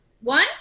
One